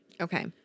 Okay